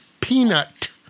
peanut